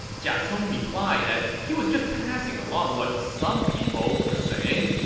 jia chong replied that he was just passing along what some people were saying.